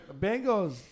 Bengals